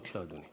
בבקשה, אדוני.